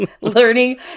Learning